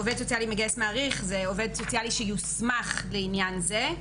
"עובד סוציאלי מגייס ומעריך" זה עובד סוציאלי שיוסמך לעניין זה,